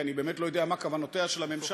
כי אני באמת לא יודע מה כוונותיה של הממשלה,